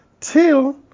till